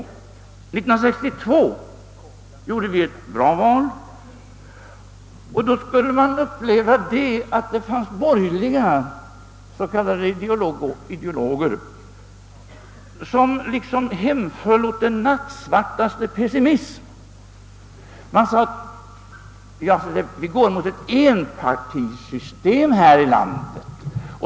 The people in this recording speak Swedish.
1962 gjorde vi ett bra val, och då fick man uppleva att borgerliga s.k. ideologer hemföll åt den nattsvartaste pessimism, De sade att vi går mot ett enpartisystem här i landet.